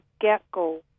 get-go